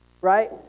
Right